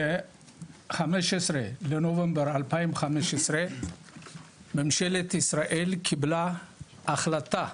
ב- 15.11.2015 ממשלת ישראל קיבלה החלטה.